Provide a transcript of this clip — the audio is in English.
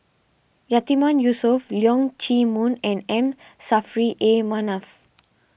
Yatiman Yusof Leong Chee Mun and M Saffri A Manaf